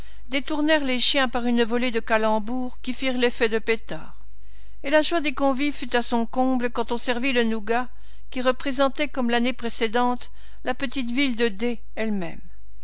détournèrent les chiens par une volée de calembours qui firent l'effet de pétards et la joie des convives fut à son comble quand on servit le nougat qui représentait comme l'année précédente la petite ville de d elle-même